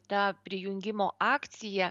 tą prijungimo akciją